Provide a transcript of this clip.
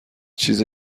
چیز